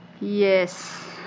Yes